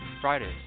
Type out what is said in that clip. Fridays